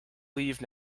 leave